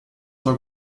ciò